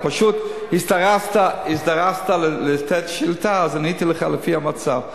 פשוט הזדרזת לתת שאילתא, אז עניתי לך לפי המצב.